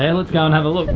and let's go and have a